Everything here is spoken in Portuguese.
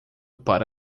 para